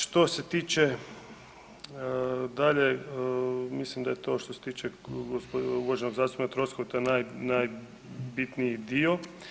Što se tiče dalje, mislim da je to što se tiče uvaženog zastupnika Troskota naj, najbitniji dio.